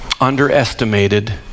underestimated